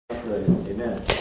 Amen